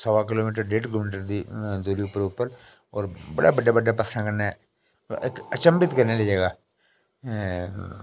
सवा kilometre डेढ kilometre दी दूरी उप्पर होर बड़े बड्डे बड्डे बस्सें कन्नै कन्नै इक अचंभित करने आह्ली जगहा